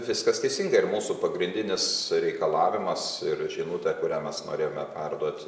viskas teisinga ir mūsų pagrindinis reikalavimas ir žinutė kurią mes norėjome perduot